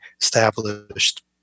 established